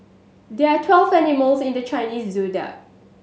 there are twelve animals in the Chinese Zodiac